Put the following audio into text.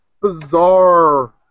bizarre